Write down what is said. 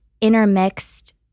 intermixed